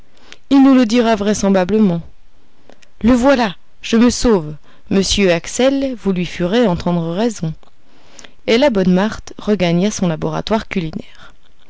il nous le dira vraisemblablement le voilà je me sauve monsieur axel vous lui ferez entendre raison et la bonne marthe regagna son laboratoire culinaire